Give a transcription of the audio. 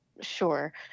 sure